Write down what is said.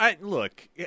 Look